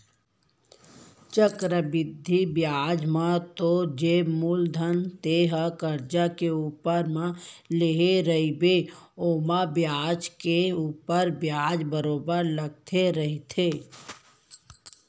चक्रबृद्धि बियाज म तो जेन मूलधन तेंहा करजा के रुप म लेय रहिबे ओमा बियाज के ऊपर बियाज बरोबर लगते रहिथे